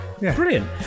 brilliant